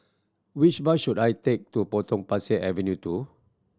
which bus should I take to Potong Pasir Avenue Two